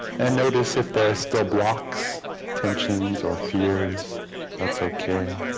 and notice if there's deadlocks tensions or fears that's okay